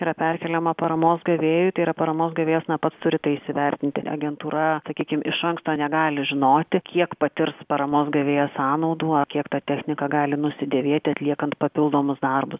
yra perkeliama paramos gavėjui tai yra paramos gavėjas na pats turi tai įsivertinti agentūra sakykim iš anksto negali žinoti kiek patirs paramos gavėjas sąnaudų kiek ta technika gali nusidėvėti atliekant papildomus darbu